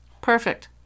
Perfect